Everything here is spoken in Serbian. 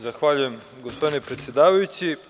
Zahvaljujem, gospodine predsedavajući.